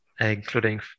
including